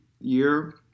year